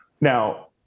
Now